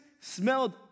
smelled